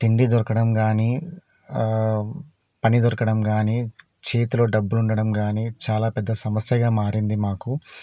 తిండి దొరకడం కానీ పని దొరకడం కానీ చేతిలో డబ్బులు ఉండటం కానీ చాలా పెద్ద సమస్యగా మారింది మాకు